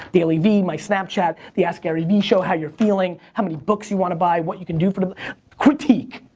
dailyvee, my snapchat, the askgaryvee show, how you're feeling, how many books you wanna buy, what you can do for them critique.